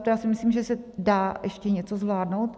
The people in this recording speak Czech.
Já si myslím, že se dá ještě něco zvládnout.